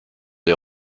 des